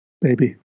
baby